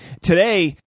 today